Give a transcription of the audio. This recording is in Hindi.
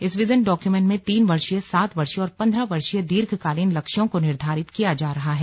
इस विजन डॉक्यूमेंट में तीन वर्षीय सात वर्षीय और पंद्रह वर्षीय दीर्घकालीन लक्ष्यों को निर्धारित किया जा रहा है